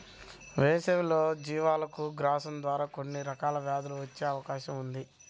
వేసవిలో జీవాలకు గ్రాసం ద్వారా కొన్ని రకాల వ్యాధులు వచ్చే అవకాశం ఉంది